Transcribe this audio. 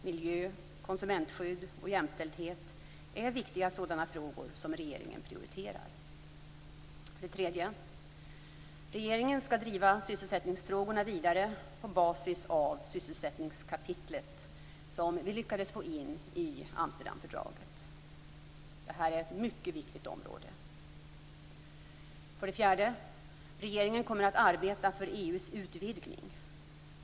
Miljö, konsumentskydd och jämställdhet är viktiga sådana frågor som regeringen prioriterar. För det tredje skall regeringen driva sysselsättningsfrågorna vidare på basis av det sysselsättningskapitel som vi lyckades få in i Amsterdamfördraget. Det är ett mycket viktigt område. För det fjärde kommer regeringen att arbeta för EU:s utvidgning.